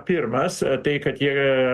pirmas tai kad jie